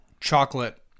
chocolate